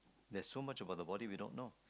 there's so much about the body we don't know